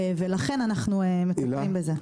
ולכן אנחנו מטפלים בזה.